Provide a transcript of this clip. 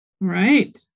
Right